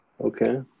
Okay